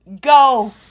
go